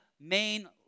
main